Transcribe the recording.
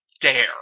dare